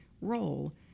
role